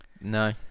No